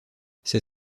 ses